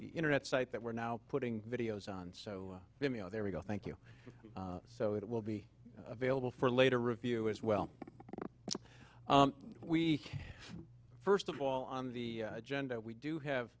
internet site that we're now putting videos on so there we go thank you so it will be available for later review as well as we first of all on the agenda we do have